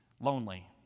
lonely